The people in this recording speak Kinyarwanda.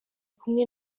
kumwe